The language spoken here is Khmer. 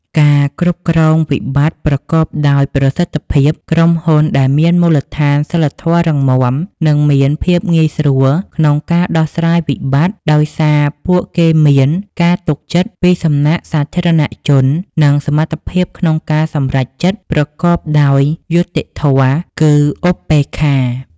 ការគ្រប់គ្រងវិបត្តិប្រកបដោយប្រសិទ្ធភាព: ក្រុមហ៊ុនដែលមានមូលដ្ឋានសីលធម៌រឹងមាំ នឹងមានភាពងាយស្រួលក្នុងការដោះស្រាយវិបត្តិ ដោយសារពួកគេមាន ការទុកចិត្ត ពីសំណាក់សាធារណជន និងសមត្ថភាពក្នុងការសម្រេចចិត្តប្រកបដោយ យុត្តិធម៌ គឺ ឧបេក្ខា។